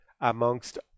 amongst